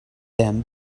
them